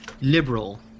liberal